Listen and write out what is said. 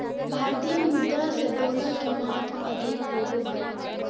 भारतीय मुद्रा से डॉलर के महत्व अधिक होबो हइ